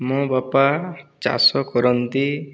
ମୋ' ବାପା ଚାଷ କରନ୍ତି